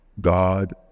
God